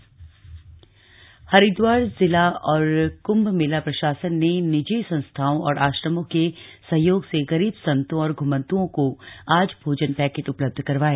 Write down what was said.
corona virus मदद हरिद्वार जिला और क्म्भ मेला प्रसाशन ने निजी संस्थाओं और आश्रमों के सहयोग से गरीब संतों और घ्मंत्ओं को आज भोजन पैकेट उपलब्ध करवाए